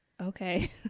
okay